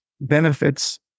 benefits